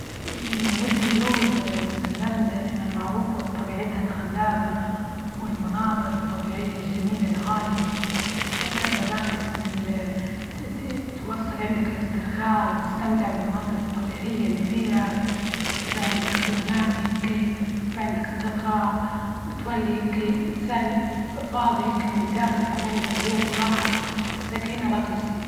ودي- ودي نزور نيوزلندا لأنها معروفة بطبيعتها الخلابة والمناظر الطبيعية الجميلة لغادي أحسها في أماكن مثل توصل عندك الاسترخاء، وتستمتع بالمناظر الطبيعية إللي فيها يبقى عندك استجمام هيكي، ويبق عندك استرخاء، وتولي هيكي إنسان فاضي هيكى من الداخل، يكون عندك هدوء وراحة، وسكينة لا توصف.